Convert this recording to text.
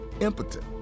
impotent